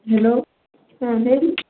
hello ಹಾಂ ಹೇಳಿ